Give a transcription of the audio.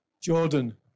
jordan